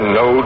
no